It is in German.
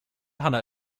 hanna